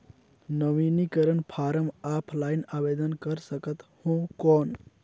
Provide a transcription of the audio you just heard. नवीनीकरण form offline आवेदन कर सकत हो कौन?